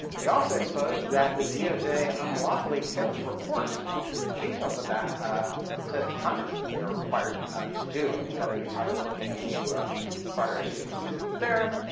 we also exposed that the doj unlawfully failed to report details of that ah to to congress, as they are required to do, and we've got a new project looking into um broader issues associated there.